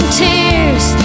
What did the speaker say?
tears